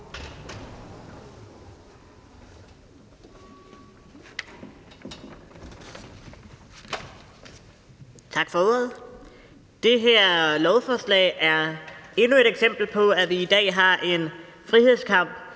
Tak for ordet. Det her lovforslag er endnu et eksempel på, at vi i dag har en frihedskamp